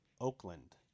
oakland